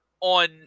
on